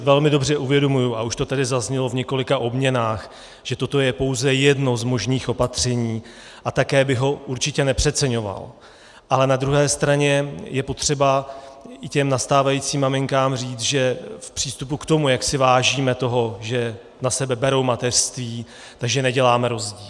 Velmi dobře si uvědomuji, a už to tady zaznělo v několika obměnách, že toto je pouze jedno z možných opatření, a také bych ho určitě nepřeceňoval, ale na druhé straně je potřeba i těm nastávajícím maminkám říct, že v přístupu k tomu, jak si vážíme toho, že na sebe berou mateřství, neděláme rozdíl.